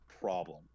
problem